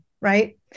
right